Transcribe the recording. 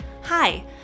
Hi